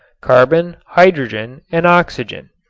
carbon, hydrogen, and oxygen.